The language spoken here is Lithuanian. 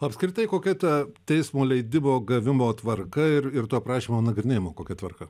apskritai kokia ta teismo leidimo gavimo tvarka ir ir to prašymo nagrinėjimo kokia tvarka